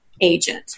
agent